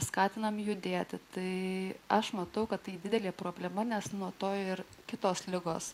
skatiname judėti tai aš matau kad tai didelė problema nes nuo to ir kitos ligos